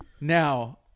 Now